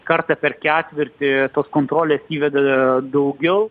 kartą per ketvirtį tos kontrolės įveda daugiau